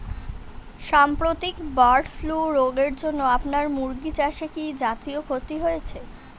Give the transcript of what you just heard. সাম্প্রতিক bird flu রোগের জন্য আপনার মুরগি চাষে কি জাতীয় ক্ষতি হয়েছে?